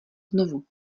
znovu